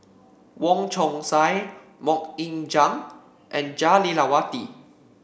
Wong Chong Sai MoK Ying Jang and Jah Lelawati